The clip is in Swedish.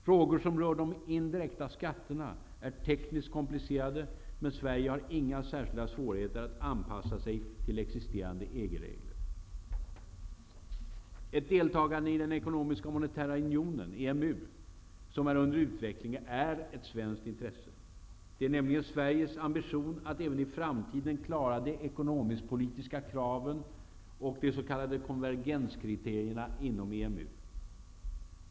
Frågor som rör de indirekta skatterna är tekniskt komplicerade, men Sverige har inga särskilda svårigheter att anpassa sig till existerande EG-regler. Ett deltagande i den ekonomiska och monetära unionen, EMU, som är under utveckling, är ett svenskt intresse. Det är nämligen Sveriges ambition att även i framtiden klara de ekonomisk-politiska kraven och de s.k. konvergenskriterierna inom EMU.